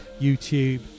YouTube